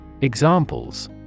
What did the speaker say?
Examples